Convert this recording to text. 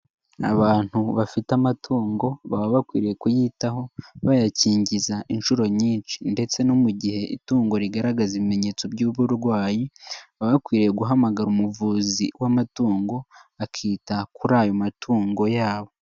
N'abantu bafite amatungo baba bakwiriye kuyitaho bayakingiza inshuro nyinshi ndetse no mu gihe itungo rigaragaza ibimenyetso by'uburwayi, baba bakwiriye guhamagara umuvuzi w'amatungo akita kuri ayo matungo yabo.